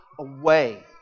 away